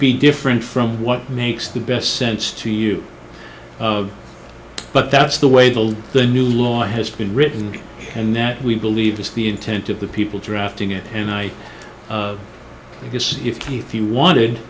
be different from what makes the best sense to you but that's the way the the new law has been written and that we believe it's the intent of the people drafting it and i guess if keith you wanted